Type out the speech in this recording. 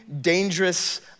dangerous